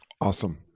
awesome